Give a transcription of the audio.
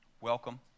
welcome